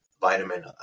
vitamin